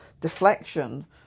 deflection